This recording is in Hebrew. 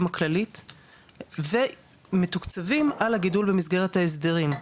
הכללית ומתוקצבים על הגידול במסגרת ההסדרים,